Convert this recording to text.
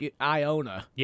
Iona